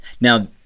Now